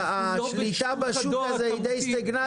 השליטה בשוק הזה היא די סטגנטית,